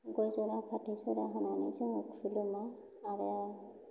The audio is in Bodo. गय ज'रा फाथै ज'रा होनानै जोङो खुलुमो आरो